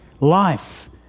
life